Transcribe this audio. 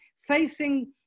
facing